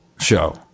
show